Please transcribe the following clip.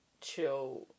chill